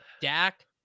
Dak